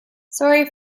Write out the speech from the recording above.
sorry